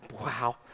wow